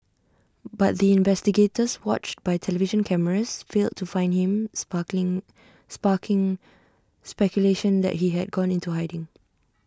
but the investigators watched by television cameras failed to find him sparking sparking speculation that he had gone into hiding